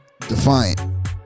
Defiant